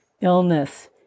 illness